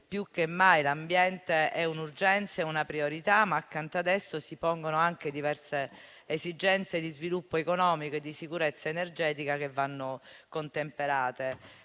più che mai l'ambiente è un'urgenza e una priorità, ma accanto ad esso si pongono anche diverse esigenze di sviluppo economico e di sicurezza energetica che vanno contemperate.